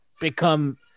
become